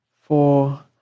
four